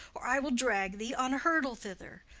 or i will drag thee on a hurdle thither.